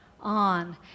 on